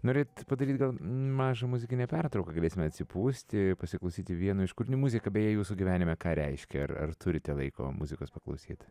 norit padaryt gal mažą muzikinę pertrauką galėsime atsipūsti pasiklausyti vieno iš kūrinių muzika beje jūsų gyvenime ką reiškia ir ar turite laiko muzikos paklausyt